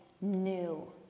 new